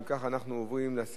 אנחנו עוברים לנושא